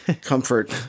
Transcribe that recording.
comfort